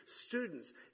Students